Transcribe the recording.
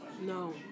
No